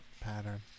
pattern